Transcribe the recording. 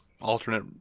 Alternate